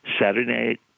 Saturday